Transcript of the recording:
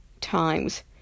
times